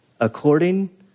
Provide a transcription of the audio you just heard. According